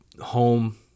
home